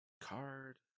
card